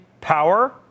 power